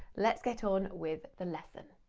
let's get on with the lesson.